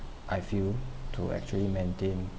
I feel to actually maintain